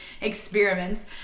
experiments